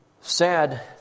sad